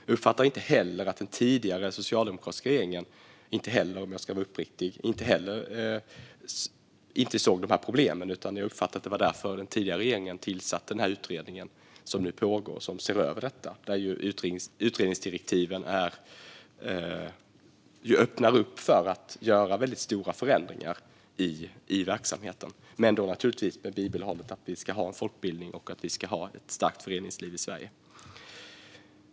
Jag uppfattar att även den tidigare socialdemokratiska regeringen såg detta problem och därför tillsatte den utredning som nu ser över detta, och här öppnar utredningsdirektiven för att göra stora förändringar. Sverige ska dock även fortsättningsvis ha folkbildning och ett starkt föreningsliv.